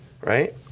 right